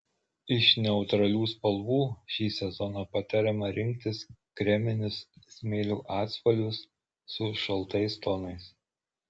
iš neutralių spalvų šį sezoną patariama rinktis kreminius smėlio atspalvius su šaltais tonais